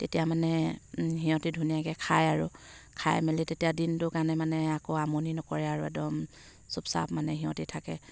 তেতিয়া মানে সিহঁতে ধুনীয়াকৈ খায় আৰু খাই মেলি তেতিয়া দিনটোৰ কাৰণে মানে আকৌ আমনি নকৰে আৰু একদম চুপ চাপ মানে সিহঁতে থাকে